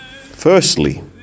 Firstly